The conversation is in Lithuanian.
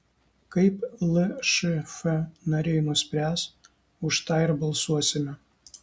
kaip lšf nariai nuspręs už tą ir balsuosime